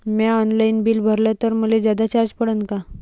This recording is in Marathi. म्या ऑनलाईन बिल भरलं तर मले जादा चार्ज पडन का?